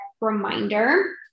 reminder